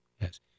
Yes